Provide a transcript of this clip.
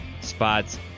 spots